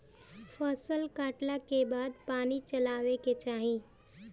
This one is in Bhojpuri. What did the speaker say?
फसल कटले के बाद पानी चलावे के चाही